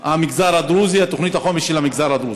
המגזר הדרוזי, תוכנית החומש של המגזר הדרוזי.